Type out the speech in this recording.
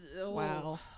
Wow